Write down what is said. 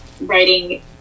writing